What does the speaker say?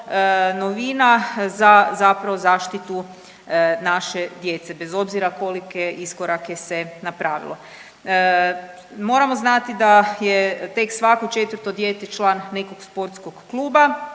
novina za zapravo zaštitu naše djece bez obzira kolike iskorake se napravilo. Moramo znati da je tek svako 4 dijete član nekog sportskog kluba.